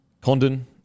Condon